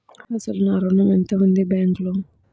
అసలు నా ఋణం ఎంతవుంది బ్యాంక్లో?